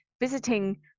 visiting